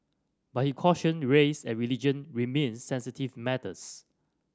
but he cautioned race and religion remained sensitive matters